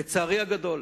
לצערי הגדול,